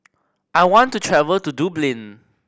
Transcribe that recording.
I want to travel to Dublin